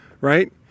right